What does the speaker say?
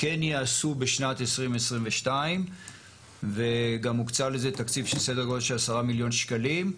כן יעשו בשנת 2022 וגם הוקצה לזה תקציב של סדר גודל של 10 מיליון שקלים.